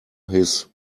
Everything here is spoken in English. his